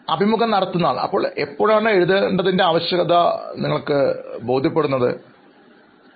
അഭിമുഖം നടത്തുന്നയാൾ അപ്പോൾ എപ്പോഴാണ് എഴുതേണ്ടതിൻറെ ആവശ്യകത നിങ്ങൾക്ക് തോന്നാറുള്ളത്